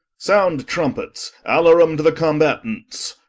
sound trumpets, alarum to the combattants.